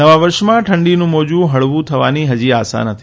નવા વર્ષમાં ઠંડીનું મોજું હળવું થવાની આશા નથી